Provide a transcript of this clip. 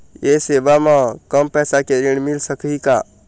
ये सेवा म कम पैसा के ऋण मिल सकही का?